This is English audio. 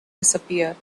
disappeared